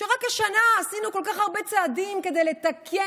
ורק השנה עשינו כל כך הרבה צעדים כדי לתקן,